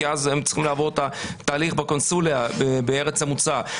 כי אז הם צריכים לעבור את התהליך בקונסוליה בארץ המוצא.